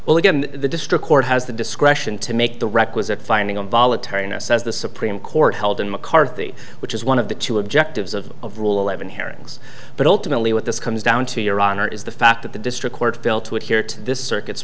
well again the district court has the discretion to make the requisite finding on voluntariness as the supreme court held in mccarthy which is one of the two objectives of of rule eleven hearings but ultimately what this comes down to your honor is the fact that the district courts fail to adhere to this circuit